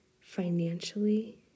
financially